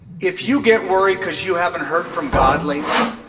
if you get worried because you haven't heard from god lately